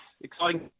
exciting